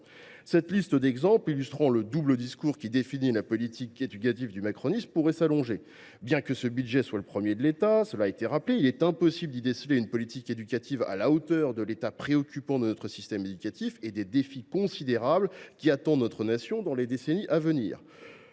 Cette liste d’exemples illustrant le double discours qui définit la politique éducative du macronisme pourrait encore s’allonger. Bien que le budget de l’éducation soit le premier de l’État, il est impossible d’y déceler une politique éducative à la hauteur de l’état préoccupant de notre système éducatif et des défis considérables qui attendent notre nation dans les décennies à venir.